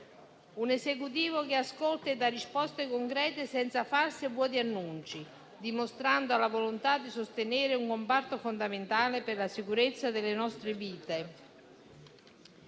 un Esecutivo che ascolta e dà risposte concrete senza falsi e vuoti annunci, dimostrando la volontà di sostenere un comparto fondamentale per la sicurezza delle nostre vite